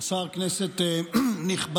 השר, כנסת נכבדה,